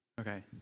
Okay